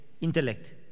intellect